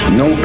no